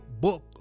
book